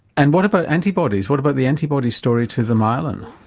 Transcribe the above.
and what about antibodies what about the antibody story to the myelin,